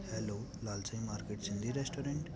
hello Lalchand market Sindhi restaurant